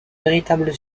véritable